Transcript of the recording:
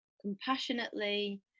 compassionately